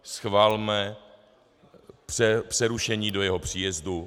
Schvalme přerušení do jeho příjezdu.